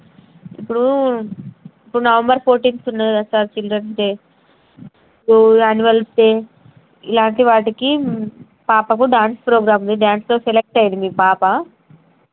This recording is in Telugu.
ఇప్పుడూ ఇప్పుడు నవంబర్ ఫోటీన్త్ ఉన్నాది కదా సార్ చిల్డ్రన్స్ డే ఇప్పుడు అనుయల్ డే ఇలాంటి వాటికి పాపకు డాన్స్ ప్రోగ్రాంలో డాన్స్లో సెలెక్ట్ అయింది మీ పాప